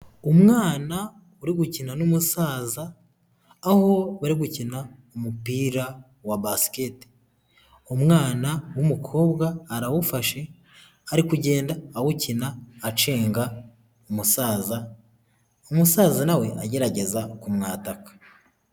Umwana uri gukina n'umusaza, aho bari gukina umupira wa basikete. Umwana w'umukobwa arawufashe, ari kugenda awukina acenga umusaza, umusaza na we agerageza kumwataka.